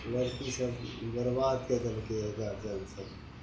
लड़कीसभ बेरबाद कै देलकैए गार्जिअनसभ